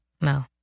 No